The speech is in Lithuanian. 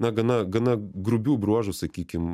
na gana gana grubių bruožų sakykim